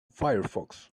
firefox